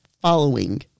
following